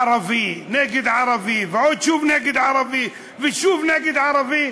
ערבי, נגד ערבי ועוד שוב נגד ערבי ושוב נגד ערבי?